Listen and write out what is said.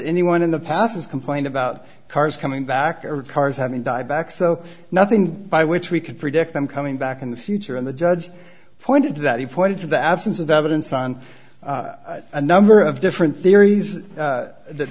anyone in the past has complained about cars coming back or cars having died back so nothing by which we could predict them coming back in the future and the judge pointed to that he pointed to the absence of evidence on a number of different theories that th